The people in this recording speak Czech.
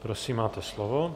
Prosím, máte slovo.